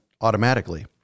automatically